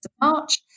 March